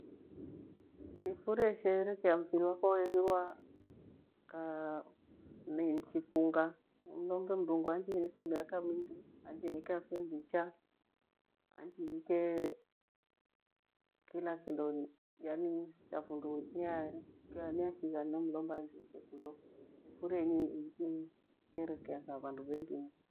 Nifurie isheherekea mfiri wakwa weghirwa nichifunga nimlombe mrungu anjinike miaka mingi, anjinike afya njiacha. Anjinike kila kindo, yani thafunduniyashigha namlomba anjinike kuyo, thifurienyi isheherekea tha yandu vengi nyi.